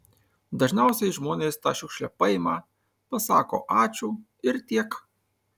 dažniausiai žmonės tą šiukšlę paima pasako ačiū ir tiek